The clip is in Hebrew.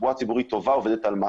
תחבורה ציבורית טובה עובדת על מסות.